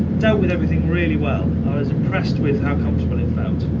dealt with everything really well i was impressed with how comfortable it felt